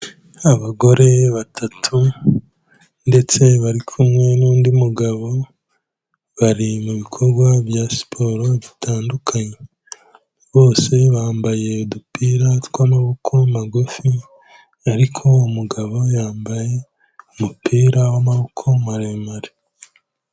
Abagore batatu ndetse bari kumwe n'undi mugabo bari mubikorwa bya siporo bitandukanye, bose bambaye udupira tw'amabokoboko magufi, ariko umugabo yambaye umupira w'amaboko maremare.